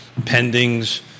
Pendings